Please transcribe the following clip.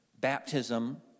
baptism